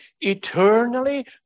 eternally